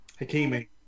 Hakimi